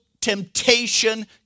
temptation